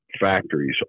factories